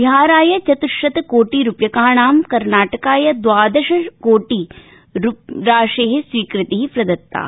बिहाराय चतु्शत कोटि रुप्यकाणां कर्नाटकाय द्वादश शतकोटि राशे स्वीकृति प्रदत्ता